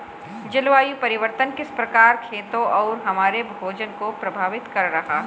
जलवायु परिवर्तन किस प्रकार खेतों और हमारे भोजन को प्रभावित कर रहा है?